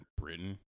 Britain